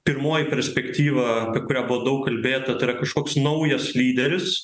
pirmoji perspektyva kuria buvo daug kalbėta tai yra kažkoks naujas lyderis